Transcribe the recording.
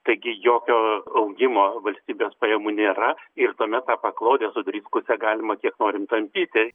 taigi jokio augimo valstybės pajamų nėra ir tuomet tą paklodę sudriskusią galima kiek norimt tampyti